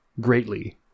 greatly